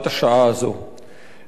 אני רוצה להסביר את עמדתי.